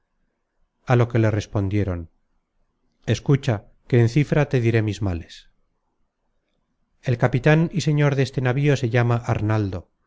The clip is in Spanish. a lo que le respondieron escucha que en cifra te diré mis males el capitan y señor deste navío se llama arnaldo